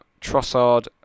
Trossard